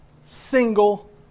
single